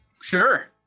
Sure